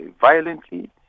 violently